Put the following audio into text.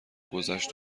گذشت